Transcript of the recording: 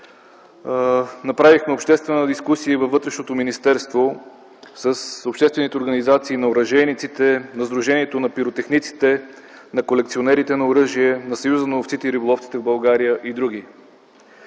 Направихме обществена дискусия в Министерството на вътрешните работи с обществените организации на оръжейниците, Сдружението на пиротехниците, колекционерите на оръжие, Съюза на ловците и риболовците в България и др.